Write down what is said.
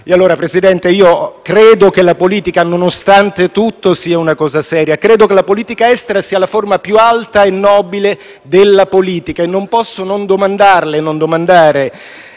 Signor Presidente, credo che la politica nonostante tutto sia una cosa seria. Credo che la politica estera sia la forma più alta e nobile della politica e non posso non domandarle e non domandare